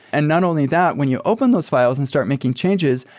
and not only that. when you open those files and start making changes,